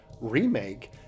remake